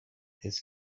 his